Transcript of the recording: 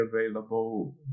available